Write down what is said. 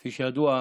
כפי שידוע,